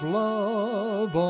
love